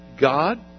God